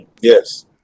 yes